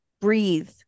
breathe